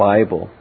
Bible